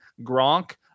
Gronk